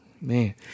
Man